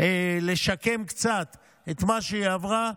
לשקם קצת את מה שהיא עברה.